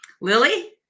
Lily